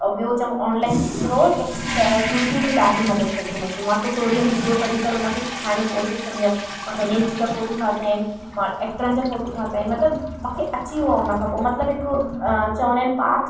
और ॿियो चऊं ऑनलाइन स्त्रोत त यूट्यूब में ॾाढियूं मदद कई थी मुंहिंजी मां ट्यूटोरियल वीडियो कढी करे उन खे ठाहिण जी कोशिशि कंदी हुअमि मां गणेश जी जा फ़ोटो ठाता आहिनि मां एक्टरनि जा फ़ोटो ठाता आहिनि मतिलबु मूंखे अची वियो आहे उन खां पोइ मतिलबु हिकु चवंदा आहिनि पाथ